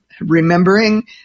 remembering